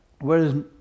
whereas